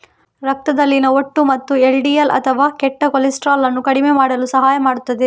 ರಕ್ತದಲ್ಲಿನ ಒಟ್ಟು ಮತ್ತು ಎಲ್.ಡಿ.ಎಲ್ ಅಥವಾ ಕೆಟ್ಟ ಕೊಲೆಸ್ಟ್ರಾಲ್ ಅನ್ನು ಕಡಿಮೆ ಮಾಡಲು ಸಹಾಯ ಮಾಡುತ್ತದೆ